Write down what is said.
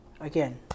Again